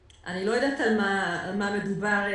אני לא יודעת על מה מדובר בעבר,